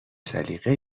سلیقه